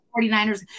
49ers